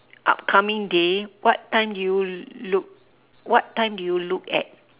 upcoming day what time do you look what time do you look at